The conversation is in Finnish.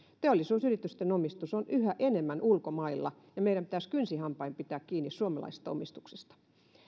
teollisuusyritysten omistus on yhä enemmän ulkomailla ja meidän pitäisi kynsin hampain pitää kiinni suomalaisesta omistuksesta